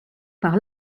par